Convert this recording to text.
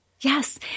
Yes